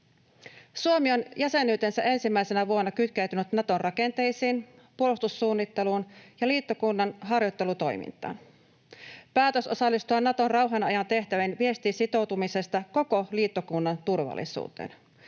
Suomi on jäsenyytensä ensimmäisenä vuonna kytkeytynyt Naton rakenteisiin, puolustussuunnitteluun ja liittokunnan harjoittelutoimintaan. Päätös osallistua Naton rauhanajan tehtäviin viestii sitoutumisesta koko liittokunnan turvallisuuteen.